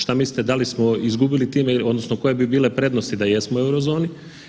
Šta mislite da li smo izgubili time odnosno koje bi bile prednosti da jesmo u eurozoni?